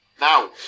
Now